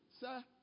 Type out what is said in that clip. Sir